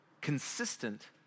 consistent